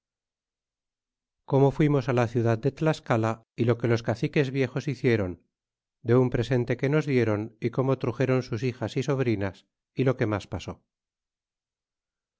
como fuimos á la ciudad de tiascala y lo que los caciques viejos hicieron de un presente que nos dieron y como truxeron sus hijas y sobrinas y lo que mas pasó